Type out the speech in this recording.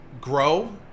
grow